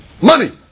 money